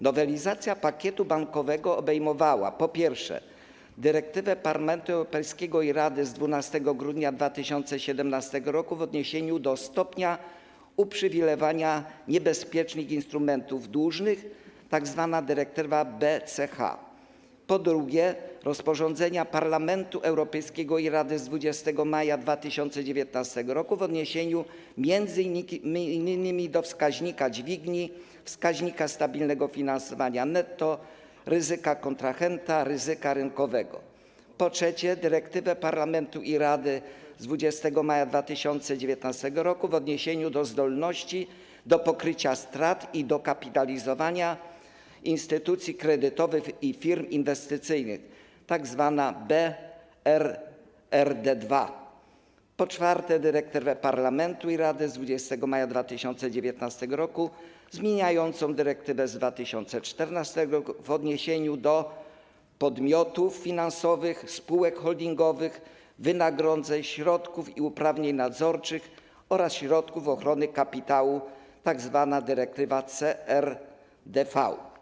Nowelizacja pakietu bankowego obejmowała, po pierwsze, dyrektywę Parlamentu Europejskiego i Rady z 12 grudnia 2017 r. w odniesieniu do stopnia uprzywilejowania niebezpiecznych instrumentów dłużnych, tzw. dyrektywę BCH; po drugie, rozporządzenie Parlamentu Europejskiego i Rady z 20 maja 2019 r. w odniesieniu m.in. do wskaźnika dźwigni, wskaźnika stabilnego finansowania netto, ryzyka kontrahenta, ryzyka rynkowego; po trzecie, dyrektywę Parlamentu i Rady z 20 maja 2019 r. w odniesieniu do zdolności do pokrycia strat i dokapitalizowania instytucji kredytowych i firm inwestycyjnych, tzw. BRRD2; po czwarte, dyrektywę Parlamentu i Rady z 20 maja 2019 r. zmieniającą dyrektywę z 2014 r. w odniesieniu do podmiotów finansowych, spółek holdingowych, wynagrodzeń, środków i uprawnień nadzorczych oraz środków ochrony kapitału, tzw. dyrektywę CRDV.